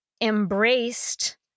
embraced